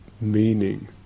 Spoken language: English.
meaning